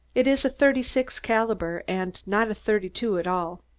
it is a thirty six caliber and not a thirty two at all.